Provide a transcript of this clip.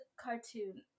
cartoon